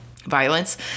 violence